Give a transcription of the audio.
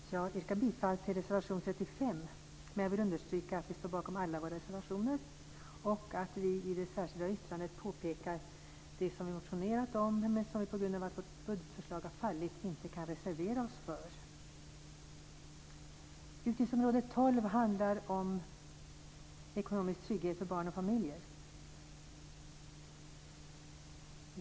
Fru talman! Jag yrkar bifall till reservation 35, men jag vill understryka att vi står bakom alla våra reservationer. I det särskilda yttrandet pekar vi också på det som vi motionerat om men som vi på grund av att vårt budgetförslag har fallit inte kan reservera oss för. Utgiftsområde 12 handlar om ekonomisk trygghet för barn och familjer.